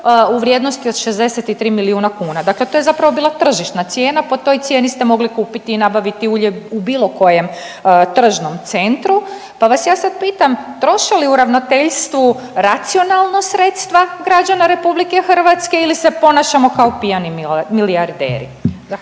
u vrijednosti od 63 milijuna kuna, dakle to je zapravo bila tržišna cijena, po toj cijeni ste mogli kupiti i nabaviti ulje u bilo kojem tržnom centru, pa vas ja sad pitam troše li u ravnateljstvu racionalno sredstva građana RH ili se ponašamo kao pijani milijarderi?